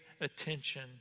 attention